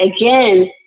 again